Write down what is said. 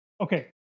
Okay